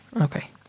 Okay